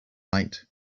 night